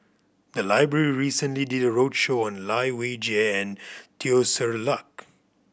the library recently did a roadshow on Lai Weijie and Teo Ser Luck